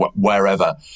wherever